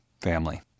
family